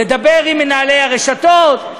לדבר עם מנהלי הרשתות,